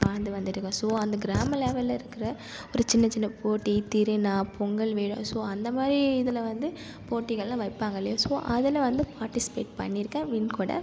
வாழ்ந்து வந்துட்டுருக்கேன் ஸோ அந்த கிராம லெவலில் இருக்கிற ஒரு சின்ன சின்ன போட்டி திருநாள் பொங்கல் விழா ஸோ அந்தமாதிரி இதில் வந்து போட்டிகள்ளாம் வைப்பாங்க இல்லையா ஸோ அதில் வந்து பார்ட்டிஸ்பேட் பண்ணியிருக்கேன் வின் கூட